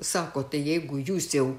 sako tai jeigu jūs jau